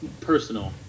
personal